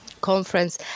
conference